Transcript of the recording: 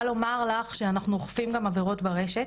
לומר לך שאנחנו אוכפים גם עבירות ברשת.